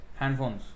handphones